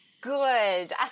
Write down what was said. Good